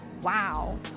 Wow